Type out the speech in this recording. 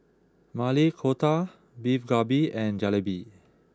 Maili Kofta Beef Galbi and Jalebi